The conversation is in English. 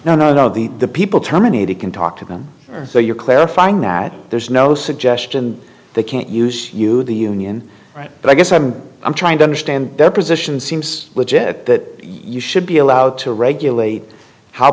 no no no the the people terminated can talk to them so you're clarifying that there's no suggestion they can't use you the union right but i guess i'm i'm trying to understand their position seems legit that you should be allowed to regulate how